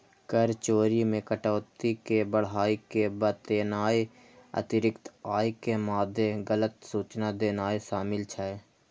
कर चोरी मे कटौती कें बढ़ाय के बतेनाय, अतिरिक्त आय के मादे गलत सूचना देनाय शामिल छै